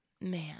man